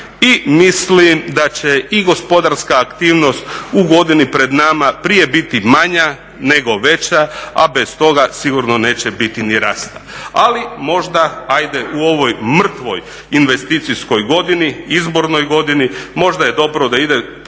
i mislim da će i gospodarska aktivnost u godini pred nama prije biti manja nego veća, a bez toga sigurno neće biti ni rast. Ali možda ajde u ovoj mrtvoj investicijskoj godini, izbornoj godini možda je dobro da idu